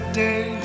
day